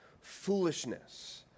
foolishness